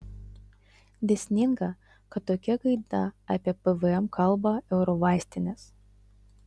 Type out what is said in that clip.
dėsninga kad tokia gaida apie pvm kalba eurovaistinės